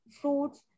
fruits